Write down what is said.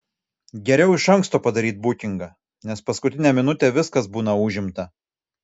geriau iš anksto padaryt bukingą nes paskutinę minutę viskas būna užimta